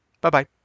Bye-bye